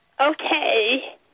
Okay